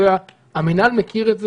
המינהל מכיר את זה?